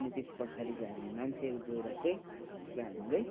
अनि त्यस पछाडि चाहिँ हामी मान्छेहरू गएर चाहिँ उसलाई हामीले